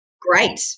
great